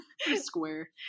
Square